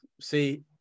see